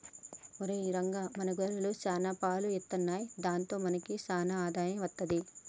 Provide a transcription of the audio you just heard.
ఒరేయ్ రంగా మన బర్రెలు సాన పాలు ఇత్తున్నయ్ దాంతో మనకి సాన ఆదాయం అత్తది